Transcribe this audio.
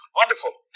wonderful